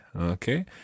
Okay